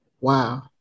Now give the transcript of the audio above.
Wow